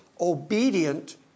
obedient